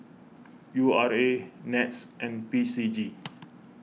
U R A NETS and P C G